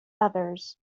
others